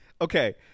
okay